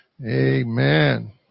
Amen